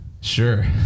Sure